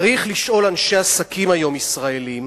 צריך לשאול אנשי עסקים ישראלים היום,